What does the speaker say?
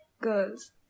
girls